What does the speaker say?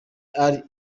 ali